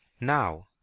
Now